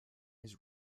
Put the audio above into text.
his